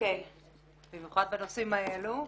במיוחד בנושאים האלו.